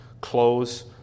close